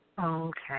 Okay